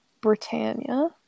Britannia